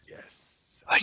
Yes